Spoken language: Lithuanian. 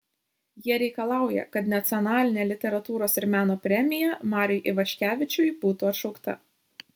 jie reikalauja kad nacionalinė literatūros ir meno premija mariui ivaškevičiui būtų atšaukta